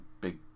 big